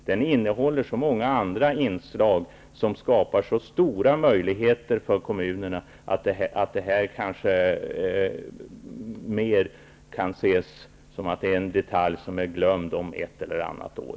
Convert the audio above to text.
Den innehåller så många andra inslag som skapar så stora möjligheter för kommunerna att detta kanske mer kan ses som en detalj som är glömd om ett eller annat år.